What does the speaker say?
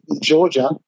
Georgia